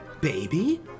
baby